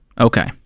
Okay